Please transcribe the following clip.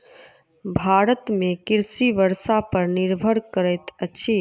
भारत में कृषि वर्षा पर निर्भर करैत अछि